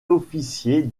officier